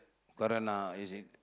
current ah easy